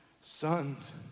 sons